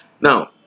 Now